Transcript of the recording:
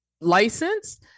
license